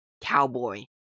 cowboy